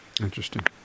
interesting